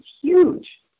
huge